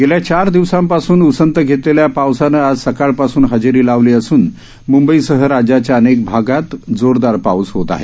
गेल्या चार दिवसांपासून उसंत घेतलेल्या पावसानं आज सकाळपासून हजेरी लावली असून मुंबईसह राज्याच्या अनेक भागात आज जोरदार पाऊस होत आहे